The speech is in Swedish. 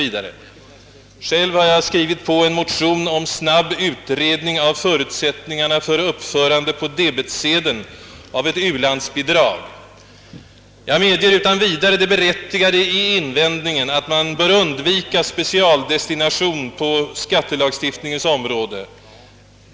Jag har själv skrivit på en motion 'om en snabb utredning av förutsättningarna för uppförande av ett u-landsbidrag på tebetsedeln. Jag medger utan vidare det berättigade i bevillningsutskottets invändning mot denna motion att man bör. undvika :s.k. specialdestination på skattelagstiftningens område.